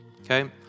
Okay